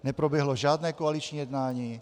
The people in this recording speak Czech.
Neproběhlo žádné koaliční jednání.